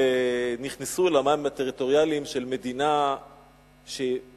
נכנסו אל המים הטריטוריאליים של מדינה בהתהוות,